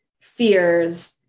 fears